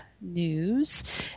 news